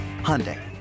Hyundai